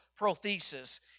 prothesis